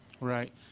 Right